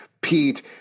Pete